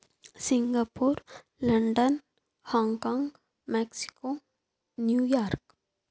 Singapore London Hong Kong Mexico New York